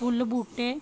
ਫੁੱਲ ਬੂਟੇ